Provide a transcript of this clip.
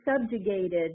subjugated